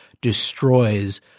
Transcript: destroys